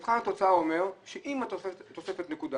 מבחן התוצאה אומר שעם תוספת הנקודה